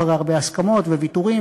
אחרי הרבה הסכמות וויתורים,